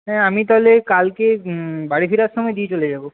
হ্যাঁ আমি তাহলে কালকে বাড়ি ফেরার সময় দিয়ে চলে যাব